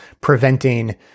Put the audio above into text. preventing